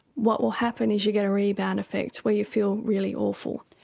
what will happen is you'll get a rebound effect where you feel really awful.